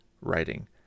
writing